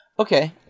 okay